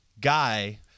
guy